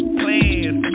plans